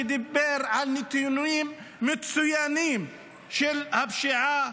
שדיבר על נתונים מצוינים של הפשיעה.